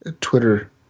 twitter